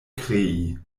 krei